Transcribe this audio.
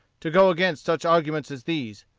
to go against such arguments as these.